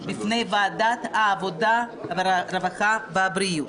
הרווחה והבריאות,